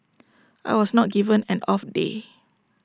I was not given an off day